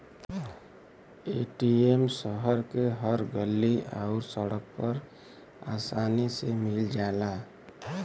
ATM शहर के हर गल्ली आउर सड़क पर आसानी से मिल जाला